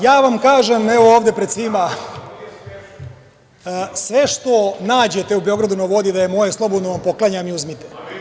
Ja vam kažem evo ovde pred svima, sve što nađete na „Beogradu na vodi“ da je moje, slobodno vam poklanjam i uzmite.